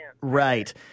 Right